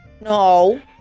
no